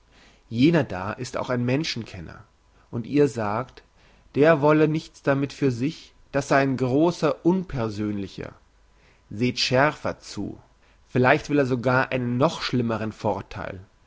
jener da ist auch ein menschenkenner und ihr sagt der wolle nichts damit für sich das sei ein grosser unpersönlicher seht schärfer zu vielleicht will er sogar noch einen schlimmeren vortheil